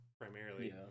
primarily